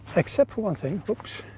except for one thing, whoops,